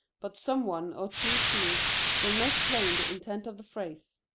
but some one or two scenes will make plain the intent of the phrase.